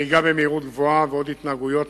נהיגה במהירות גבוהה ועוד התנהגויות